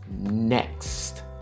next